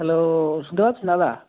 hello শুনতে পাচ্ছেন দাদা